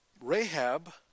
Rahab